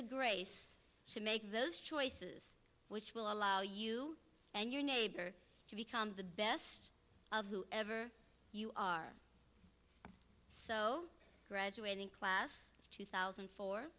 the grace to make those choices which will allow you and your neighbor to become the best of who ever you are graduating class of two thousand